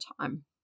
time